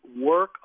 work